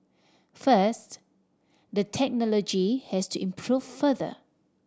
first the technology has to improve further